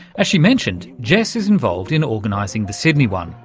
as she mentioned, jess is involved in organising the sydney one,